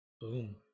boom